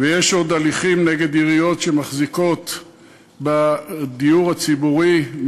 ויש עוד הליכים נגד עיריות שמחזיקות בדיור ציבורי.